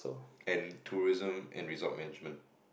and tourism and resort management